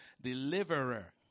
deliverer